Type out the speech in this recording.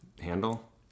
handle